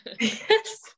Yes